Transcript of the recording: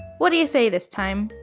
what do you say this time?